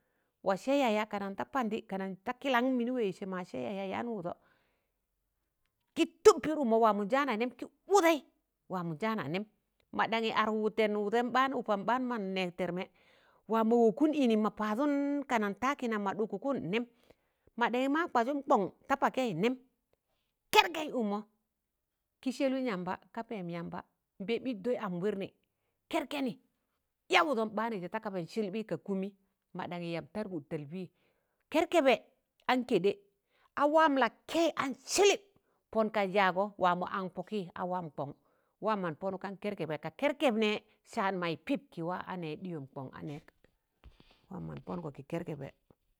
wa sẹ yaya kanan da pandị kanan da kịlaṇ mịnị wẹịzị sẹ ma sẹ yaya yaan wụdọ ki kị rụmụ waamọn jaana neem gị wụdẹị waamọn jaana nem mọ ɗaṇyị adụk wụtẹn wụdẹim ɓaam ụpam ɓaam mọn nẹẹg tẹrmẹ waamọ wọkụm ịnị mọ paadụn kana taki nam ma ɗụkụkụn nẹm ma ɗaṇyi maa kwajụm kọn ta pakẹị nẹm kẹr kẹị ụkmọ kị Sẹlụn yamba ka pẹẹm yamba mpẹẹm yịtị am wịịrnị kẹrkẹnị ya wụdọm ɓaanụjẹ takaba Sịlpị ka kụmị ma ɗanyiị yam targụd talpị kẹrkẹbẹ an kẹḍẹ a waam la ke̱yị an sịlịp pọn kaz yaagọ waamọ an pọkịị a waam kọṇ a waam mọn pọnụk kan kẹrkẹbẹ ka kẹrbẹbẹ nẹẹ saan maị pịp kị waa dịyọm kọn a nẹẹ waan mọn pọngọ kị kẹrkẹbẹ